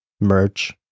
merch